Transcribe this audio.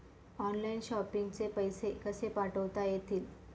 Online shopping चे पैसे कसे पाठवता येतील?